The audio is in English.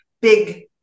big